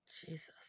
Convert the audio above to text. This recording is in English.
jesus